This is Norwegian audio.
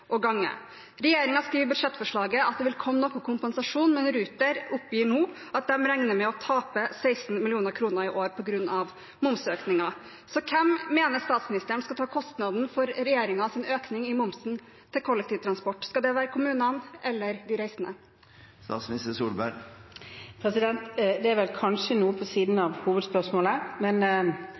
og gange. Regjeringen skriver i budsjettforslaget at det vil komme noe kompensasjon, men Ruter oppgir nå at de regner med å tape 16 mill. kr i år på grunn av momsøkningen. Hvem mener statsministeren skal ta kostnaden for regjeringens økning i momsen på kollektivtransport? Skal det være kommunene eller de reisende? Det er kanskje noe på siden av hovedspørsmålet, men